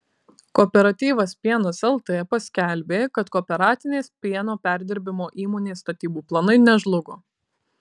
kooperatyvas pienas lt paskelbė kad kooperatinės pieno perdirbimo įmonės statybų planai nežlugo